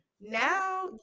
Now